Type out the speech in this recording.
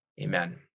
amen